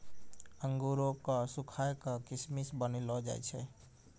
अंगूरो क सुखाय क किशमिश बनैलो जाय छै